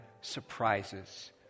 surprises